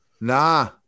Nah